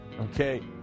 Okay